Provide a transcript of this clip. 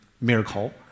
miracle